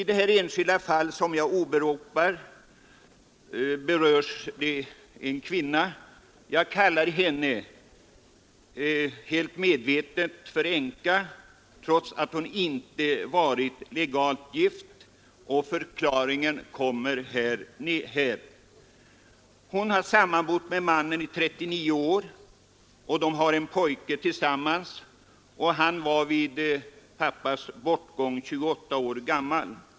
Det enskilda fall som jag åberopat berör en kvinna, som jag medvetet kallar änka trots att hon inte varit legalt gift, och förklaringen till det är följande: Hon har sammanbott med mannen i 39 år; de har en pojke tillsammans och han var vid faderns död 28 år gammal.